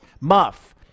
muff